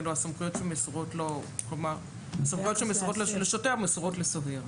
סמכויות שמסורות לשוטר מסורות לסוהר.